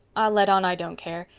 i'll let on i don't care.